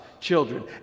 children